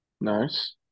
Nice